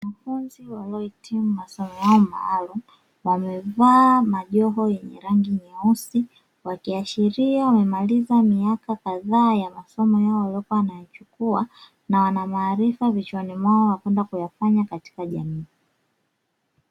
Wanafunzi waliohitimu masomo yao maalumu, wamevaa majoho yenye rangi nyeusi, wakiashiria wamemaliza miaka kadhaa ya masomo yao waliyokuwa wanayachukua, na wana maarifa vichwani mwao ya kwenda kuyafanya katika jamii.